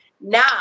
now